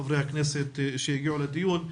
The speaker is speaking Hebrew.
חברי הכנסת שהגיעו לדיון.